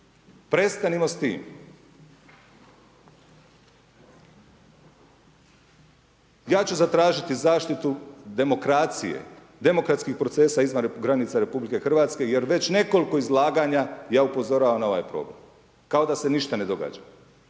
Prestanimo s tim. Ja ću zatražiti zaštitu demokracije, demokratskih procesa izvan granica RH, jer već nekoliko izlaganja ja upozoravam na ovaj problem, kao da se ništa ne događa.